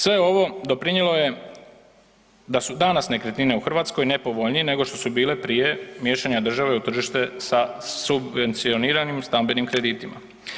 Sve ovo doprinijelo je da su danas nekretnine u Hrvatskoj nepovoljnije nego što su bile prije miješanja države u tržište sa subvencioniranim stambenim kreditima.